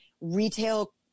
retail